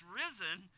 risen